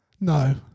No